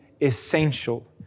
essential